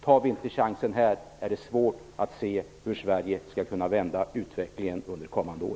Tar vi här inte chansen är det svårt att se hur Sverige skall kunna vända utvecklingen under kommande år.